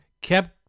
kept